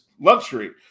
luxury